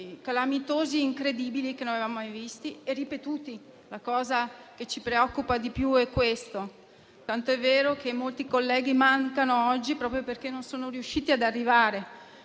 calamitosi incredibili, che non avevamo mai visto, e ripetuti; la cosa che ci preoccupa di più è questo. Tanto è vero che molti colleghi mancano oggi proprio perché non sono riusciti ad arrivare.